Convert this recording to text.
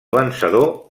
vencedor